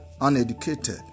uneducated